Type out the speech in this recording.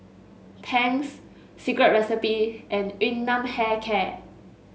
Tangs Secret Recipe and Yun Nam Hair Care